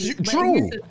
True